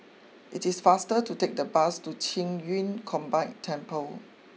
it is faster to take the bus to Qing Yun Combined Temple